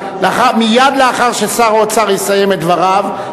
מייד לאחר ששר האוצר יסיים את דבריו,